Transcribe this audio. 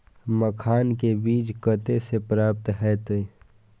मखान के बीज कते से प्राप्त हैते?